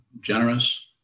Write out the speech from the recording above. generous